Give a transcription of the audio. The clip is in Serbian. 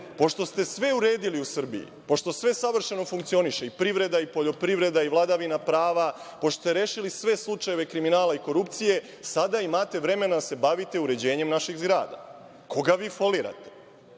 pošto ste sve uredili u Srbiji, pošto sve savršeno funkcioniše, i privreda i poljoprivreda, i vladavina prava, pošto ste rešili sve slučajeve kriminala i korupcije, sada imate vremena da se bavite uređenjem naših zgrada. Koga vi folirate? Dakle,